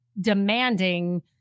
demanding